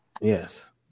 yes